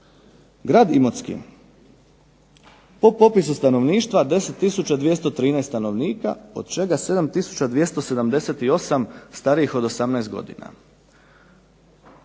grad Imotski po popisu stanovništva 10213 stanovnika od čega 7278 starijih od 18 godina,